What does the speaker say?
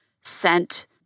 sent